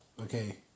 Okay